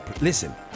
Listen